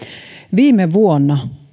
viime vuonna